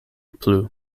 plu